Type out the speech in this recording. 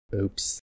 Oops